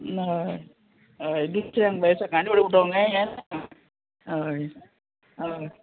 हय हय दुसऱ्यांक बाये सकाळीं फुडें उटोंग जाय हें हें हय हय